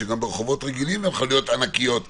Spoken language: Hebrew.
שברחובות רגילים הן חנויות ענקיות וגדולות.